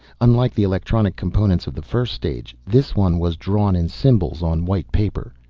unlike the electronic components of the first stage, this one was drawn in symbols on white paper.